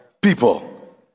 people